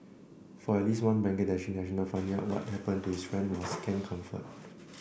for at least one Bangladeshi national finding out what happened to his friend was scant comfort